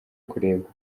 kurebwa